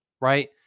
right